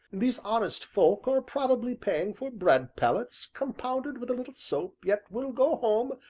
these honest folk are probably paying for bread pellets compounded with a little soap, yet will go home,